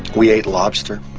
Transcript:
we often